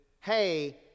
hey